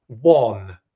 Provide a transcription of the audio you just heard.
One